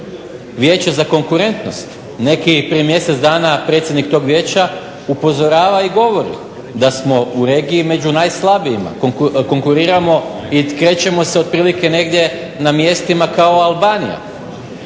vijeće za konkurentnost. Prije mjesec dana predsjednik tog vijeća upozorava i govori da smo u regiji među najslabijima, konkuriramo i krećemo se otprilike negdje na mjestima kao Albanija.